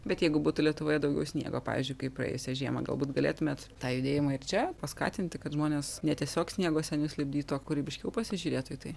bet jeigu būtų lietuvoje daugiau sniego pavyzdžiui kaip praėjusią žiemą galbūt galėtumėt tą judėjimą ir čia paskatinti kad žmonės ne tiesiog sniego senius lipdytų o kūrybiškiau pasižiūrėtų į tai